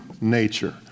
nature